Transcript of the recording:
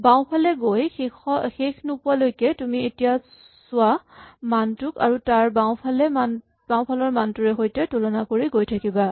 বাওঁফালে গৈ শেষ নোপোৱালৈকে তুমি এতিয়া চোৱা মানটোক তাৰ বাওঁফালৰ মানটোৰে সৈতে তুলনা কৰি গৈ থাকিবা